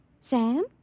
Sam